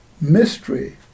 mystery